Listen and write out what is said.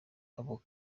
abo